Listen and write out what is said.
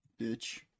Bitch